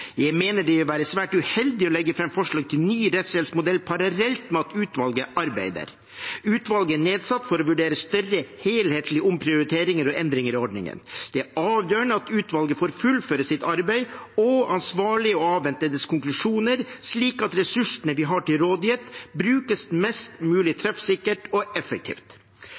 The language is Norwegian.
Jeg mener det vil være svært uheldig å legge fram forslag til ny rettshjelpsmodell parallelt med at utvalget arbeider. Utvalget er nedsatt for å vurdere større helhetlige omprioriteringer og endringer i ordningen. Det er avgjørende at utvalget får fullføre sitt arbeid, og det er ansvarlig at man avventer dets konklusjoner, slik at de ressursene vi har til rådighet, brukes mest mulig treffsikkert og effektivt.